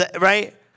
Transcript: right